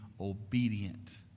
obedient